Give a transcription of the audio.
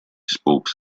spoke